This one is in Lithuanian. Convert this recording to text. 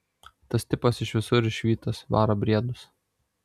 tas tipas iš visur išvytas varo briedus